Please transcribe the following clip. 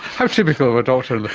how typical of a doctor in the